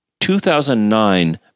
2009